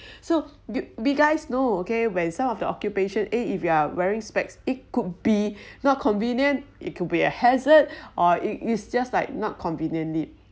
so be~ guys know okay where some of the occupation eh if you are wearing specs it could be not convenient it could be a hazard or it it's just like not conveniently